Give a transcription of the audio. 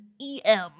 E-M